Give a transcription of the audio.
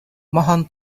mohon